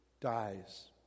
dies